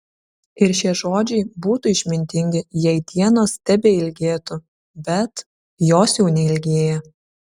ir šie žodžiai būtų išmintingi jei dienos tebeilgėtų bet jos jau neilgėja